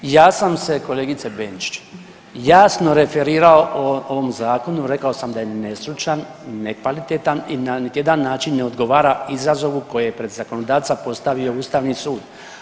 Ja sam se kolegice Benčić jasno referirao o ovom zakonu, rekao sam da je nestručan, nekvalitetan i na niti jedan način ne odgovara izazovu koji je pred zakonodavca postavio ustavni sud.